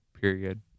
period